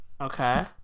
Okay